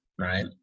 right